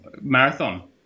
marathon